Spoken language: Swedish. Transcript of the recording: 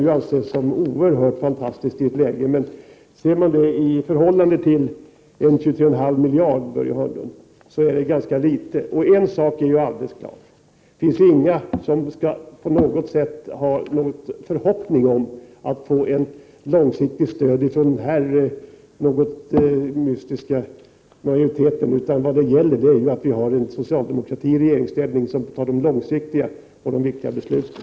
Detta kan ju anses oerhört fantastiskt i ett annat läge, men sett i förhållande till 23,5 miljarder är det ändå ganska litet, Börje Hörnlund. Och en sak är alldeles klar: ingen skall ha någon förhoppning om att få något långsiktigt stöd från denna ganska mystiska majoritet. Vad det gäller är att vi har en socialdemokrati i regeringsställning som tar de långsiktiga och viktiga besluten.